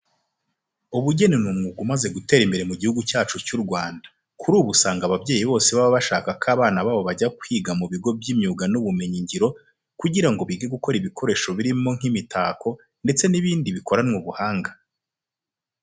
Ubugeni ni umwuga umaze gutera imbere mu gihugu cyacu cy'u Rwanda. Kuri ubu usanga ababyeyi bose baba bashaka ko abana babo bajya kwiga mu bigo by'imyuga n'ubumenyingiro kugira ngo bige gukora ibikoresho birimo nk'imitako ndetse n'ibindi bikoranwe ubuhanga.